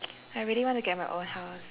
I really want to get my own house